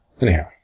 Anyhow